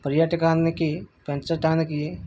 పర్యాటకానికి పెంచటానికి